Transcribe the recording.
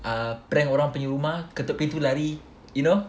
ah prank orang punya rumah ketuk pintu lari you know